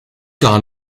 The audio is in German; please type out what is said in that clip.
gar